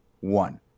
one